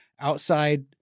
outside